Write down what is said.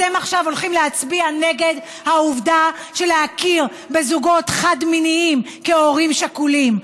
אתם עכשיו הולכים להצביע נגד להכיר בזוגות חד-מיניים כהורים שכולים.